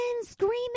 screaming